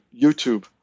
YouTube